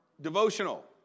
devotional